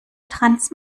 trans